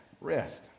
rest